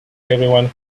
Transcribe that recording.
everyone